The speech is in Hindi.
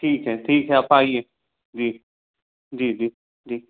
ठीक है ठीक है आप आइए जी जी जी जी